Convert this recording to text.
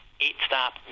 eight-stop